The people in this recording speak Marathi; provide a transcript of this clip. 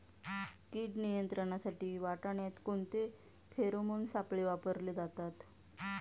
कीड नियंत्रणासाठी वाटाण्यात कोणते फेरोमोन सापळे वापरले जातात?